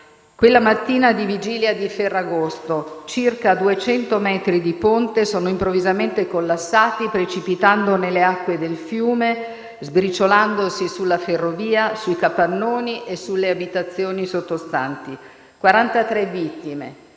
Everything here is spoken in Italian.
Quella mattina di vigilia di Ferragosto, circa 200 metri di ponte sono improvvisamente collassati, precipitando nelle acque del fiume, sbriciolandosi sulla ferrovia, sui capannoni e sulle abitazioni sottostanti: 43 vittime,